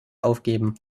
aufgeben